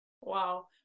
Wow